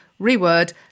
reword